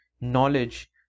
knowledge